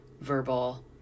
verbal